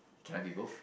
can I be both